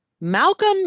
Malcolm